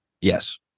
Yes